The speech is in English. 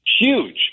huge